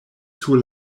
sur